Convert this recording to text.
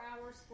hours